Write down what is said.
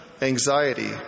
anxiety